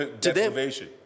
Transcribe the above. deprivation